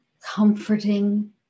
comforting